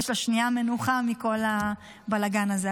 יש לה שנייה מנוחה מכל הבלגן הזה.